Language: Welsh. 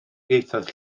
ieithoedd